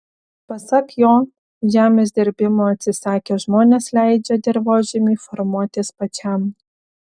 pasak jo žemės dirbimo atsisakę žmonės leidžia dirvožemiui formuotis pačiam